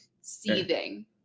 Seething